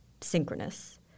synchronous